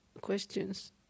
questions